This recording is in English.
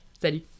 Salut